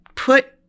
Put